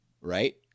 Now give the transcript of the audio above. right